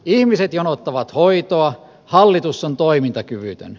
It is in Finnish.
ihmiset jonottavat hoitoa hallitus on toimintakyvytön